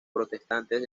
protestantes